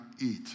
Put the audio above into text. eat